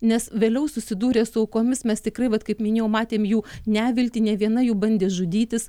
nes vėliau susidūrę su aukomis mes tikrai vat kaip minėjau matėm jų neviltį nė viena jų bandė žudytis